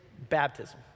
Baptism